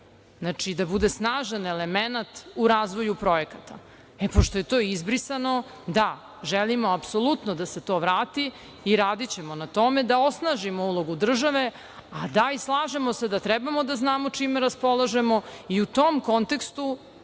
i da bude snažan element u razvoju projekata. Pošto je to izbrisano, da želimo apsolutno da se to vrati i radićemo na tome da osnažimo uloge države. Slažemo se i da treba da znamo čime raspolažemo i u tom kontekstu